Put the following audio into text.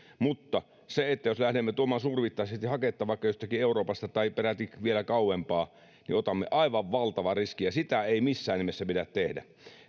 mutta jos lähdemme tuomaan suurimittaisesti haketta vaikka jostakin euroopasta tai peräti vielä kauempaa niin otamme aivan valtavan riskin ja sitä ei missään nimessä pidä tehdä